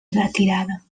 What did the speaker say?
retirada